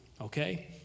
okay